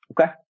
Okay